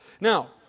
Now